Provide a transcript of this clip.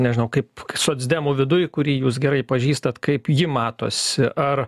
nežinau kaip socdemų viduj kurį jūs gerai pažįstat kaip ji matosi ar